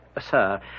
sir